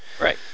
Right